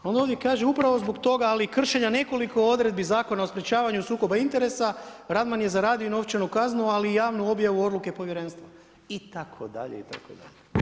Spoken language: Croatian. Onda ovdje kaže upravo zbog toga ali i kršenja nekoliko odredbi Zakona o sprječavanju sukoba interesa Radman je zaradio i novčanu kaznu ali i javnu objavu odluke povjerenstva itd., itd.